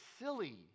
silly